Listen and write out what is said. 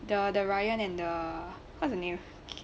the the ryan and the what's the name